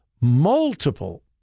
multiple